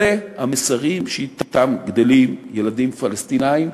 אלה המסרים שאתם גדלים ילדים פלסטינים.